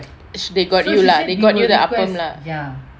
they got you lah they got you the appam lah